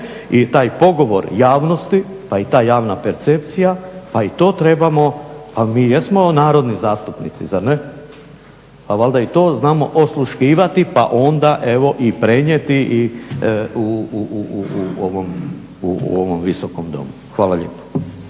i taj pogovor javnosti pa i ta javna percepcija pa i to trebamo pa mi jesmo narodni zastupnici zar ne, pa valjda i to znamo osluškivati pa onda i prenijeti u ovom Visokom domu. Hvala lijepo.